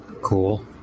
Cool